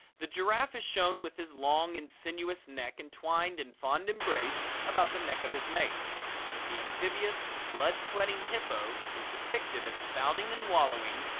the giraffe is shown with his long and sinuous neck entwined in fond embrace about the neck of his mate but the amphibious, blood-sweating hippo is depicted as spouting and wallowing,